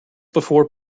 before